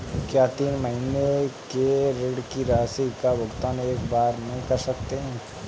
क्या तीन महीने के ऋण की राशि का भुगतान एक बार में कर सकते हैं?